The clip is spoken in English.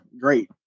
Great